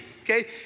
okay